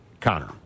Connor